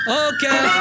okay